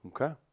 Okay